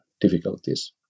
difficulties